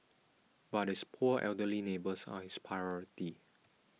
but his poor elderly neighbours are his priority